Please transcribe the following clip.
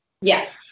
Yes